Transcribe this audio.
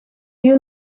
you